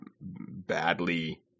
badly